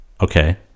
Okay